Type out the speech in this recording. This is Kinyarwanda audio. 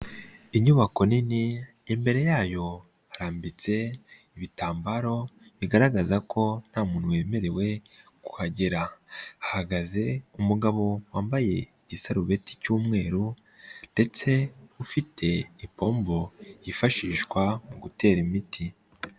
Inyubako nini imbere yayo harambitse ibitambaro bigaragaza ko nta muntu wemerewe kuhagera, hagaze umugabo wambaye igisarurwe cy'umweru ndetse ufite ipombo yifashishwa mu gutera imiti.